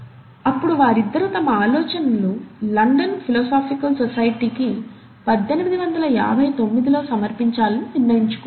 అప్పుడు వారిద్దరూ తమ ఆలోచనలను లండన్ ఫిలాసఫికల్ సొసైటీకి పద్దెనిమిది వందల యాభై తొమ్మిదిలో సమర్పించాలని నిర్ణయించుకున్నారు